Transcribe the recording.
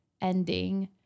ending